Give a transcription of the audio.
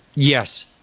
yes.